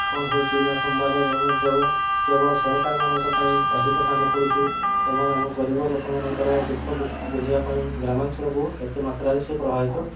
କ'ଣ ହେଉଛି ନା ସମ୍ବାଦ ଗଣମାଧ୍ୟମ କେବଳ ସରକାରମାନଙ୍କ ପାଇଁ ଅଧିକ କାମ କରୁଛି ଏବଂ ଆମ ଗରିବ ଲୋକମାନଙ୍କର ଦୁଃଖ ବୁଝିବା ପାଇଁ ଗ୍ରାମାଞ୍ଚଳକୁ ଏତେ ମାତ୍ରାରେ ସେ ପ୍ରଭାବିତ